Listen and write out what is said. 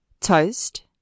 Toast